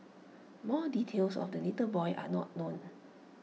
more details of the little boy are not known